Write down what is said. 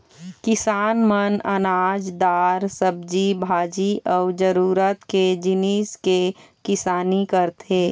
किसान मन अनाज, दार, सब्जी भाजी अउ जरूरत के जिनिस के किसानी करथे